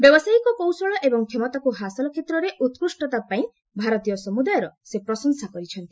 ବ୍ୟବସାୟିକ କୌଶଳ ଏବଂ କ୍ଷମତାକୁ ହାସଲ କ୍ଷେତ୍ରରେ ଉକୁଷ୍ଟତା ପାଇଁ ଭାରତୀୟ ସମୁଦାୟର ସେ ପ୍ରଶଂସା କରିଛନ୍ତି